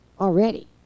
already